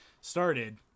started